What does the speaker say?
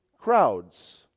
crowds